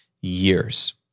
years